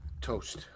Toast